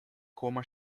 coma